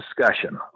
discussion